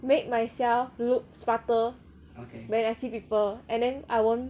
make myself look smarter when I see people and then I won't